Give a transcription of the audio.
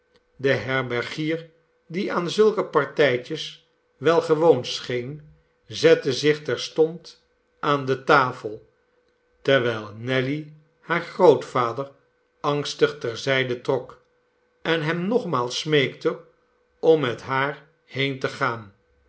de herbergier die aan zulke partijtjes wel gewoon scheen zette zich terstond aan de tafel terwijl nelly haar grootvader angstig ter zijde trok en hem nogmaals smeekte om met haar heen te gaan